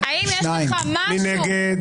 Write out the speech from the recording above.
--- אני קורא אותך לסדר.